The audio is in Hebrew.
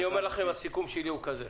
הסיכום שלי הוא כזה,